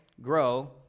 grow